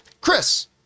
Chris